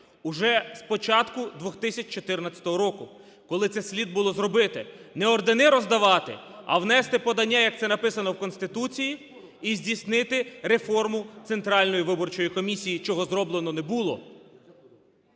уже з початку 2014 року, коли це слід було зробити. Не ордени роздавати, а внести подання, як це написано в Конституції, і здійснити реформу Центральної виборчої комісії, чого зроблено не було.